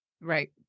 Right